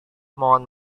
mohon